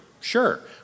Sure